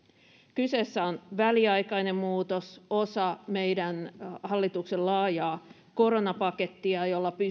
kyseessä on väliaikainen muutos osa meidän hallituksen laajaa koronapakettia jolla